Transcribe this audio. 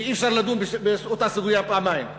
כי אי-אפשר לדון באותה סוגיה פעמיים.